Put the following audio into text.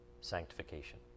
sanctification